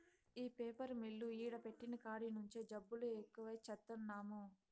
ఈ paper mill ఈడ పెట్టిన కాడి నుంచే జబ్బులు ఎక్కువై చత్తన్నాము